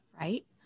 Right